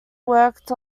worked